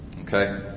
Okay